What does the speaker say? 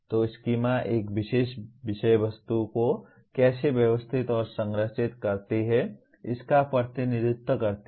तो स्कीमा एक विशेष विषय वस्तु को कैसे व्यवस्थित और संरचित करती है इसका प्रतिनिधित्व करती है